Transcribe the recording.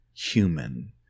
human